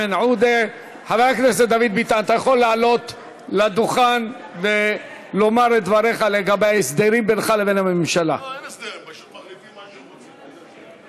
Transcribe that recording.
זה כמובן גם עלול להחליש ולשחק לידי מי שרוצה לראות את